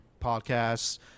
podcasts